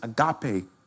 agape